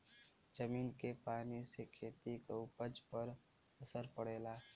जमीन के पानी से खेती क उपज पर असर पड़ेला